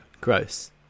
gross